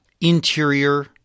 interior